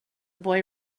boy